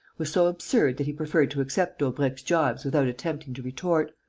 was so absurd that he preferred to accept daubrecq's gibes without attempting to retort,